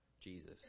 Jesus